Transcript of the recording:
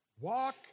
walk